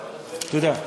תודה.